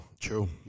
True